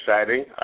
exciting